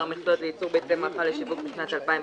מכסות לייצור ביצי מאכל לשיווק בשנת 2019),